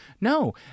No